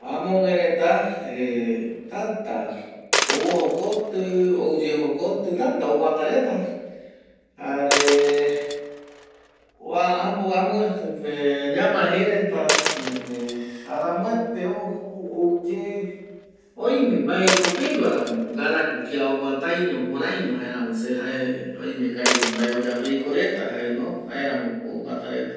Amogüereta tata oguata reta amopevese ñamae jereta, oime vae jekopegua ko gara ko kia oguataiño, oime ko mbae oyapo reta jae jarea mo ko oguata reta.